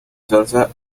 salsa